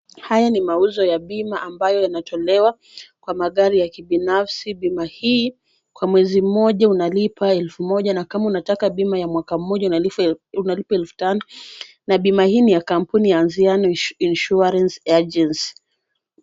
Haya ni mauzo ya bima, ambayo yanatolewa kwa magari ya kibinafsi. Bima hii, kwa mwezi mmoja unalipa elfu moja, na kama unataka bima ya mwaka mmoja, unalipa elfu tano, na bima hii ni ya Anziano Insurance Agency.